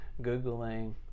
Googling